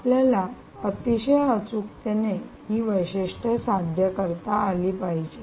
आपल्याला अतिशय अचूकतेने ही वैशिष्ट्ये साध्य करता आली पाहिजेत